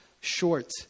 short